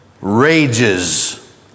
rages